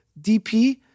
dp